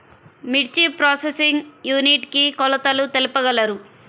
మిర్చి processing unit కి కొలతలు తెలుపగలరు?